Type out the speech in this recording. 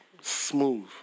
Smooth